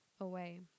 away